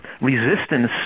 resistance